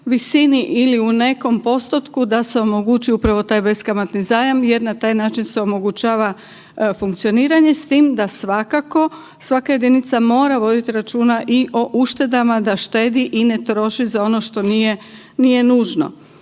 visini ili u nekom postotku da se omogući upravo taj beskamatni zajam jer na taj način se omogućava funkcioniranje, s tim da svakako svaka jedinica mora voditi računa i o uštedama, da štedi i ne troši za ono što nije nužno.